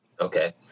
Okay